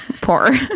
Poor